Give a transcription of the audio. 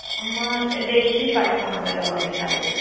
मं देशी पाठवा मला गवारी चालेल